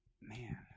Man